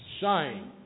shine